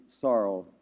sorrow